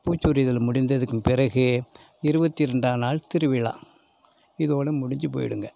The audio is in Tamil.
பூச்சி உரிதல் முடிந்ததுக்கும் பிறகு இருபத்தி ரெண்டாம் நாள் திருவிழா இதோட முடிஞ்சு போயிவிடுங்க